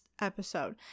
episode